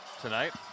tonight